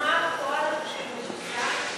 מה הפועל של משיסה?